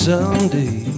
Someday